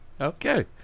Okay